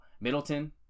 Middleton